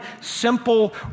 simple